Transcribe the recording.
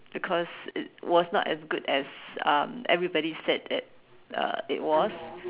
because it was not as good as um everybody said it uh it was